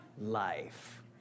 life